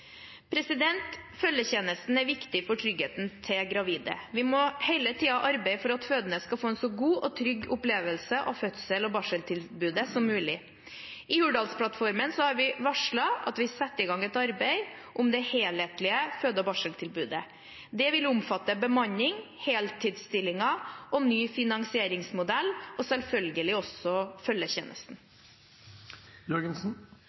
Følgetjenesten er viktig for tryggheten til gravide. Vi må hele tiden arbeide for at fødende skal få en så god og trygg opplevelse av fødsels- og barseltilbudet som mulig. I Hurdalsplattformen har vi varslet at vi setter i gang et arbeid om det helhetlige føde- og barseltilbudet. Det vil omfatte bemanning, heltidsstillinger og ny finansieringsmodell – og selvfølgelig også